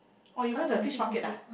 oh you went to the Fish Market ah